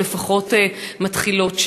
או לפחות מתחילות שם.